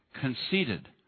conceited